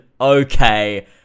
okay